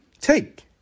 take